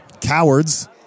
cowards